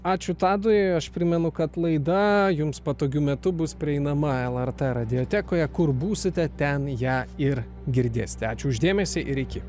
ačiū tadui aš primenu kad laida jums patogiu metu bus prieinama lrt radijotekoje kur būsite ten ją ir girdėsite ačiū už dėmesį ir iki